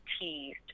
teased